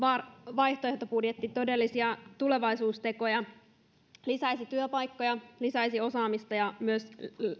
vaihtoehtobudjetti sisältää todellisia tulevaisuustekoja se lisäisi työpaikkoja se lisäisi osaamista ja se